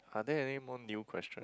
are there any more new question